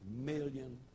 million